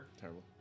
Terrible